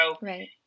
Right